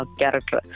character